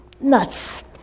nuts